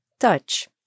touch